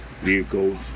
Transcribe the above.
vehicles